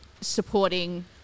supporting